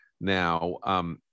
now